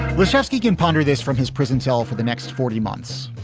lisowski can ponder this from his prison cell for the next forty months.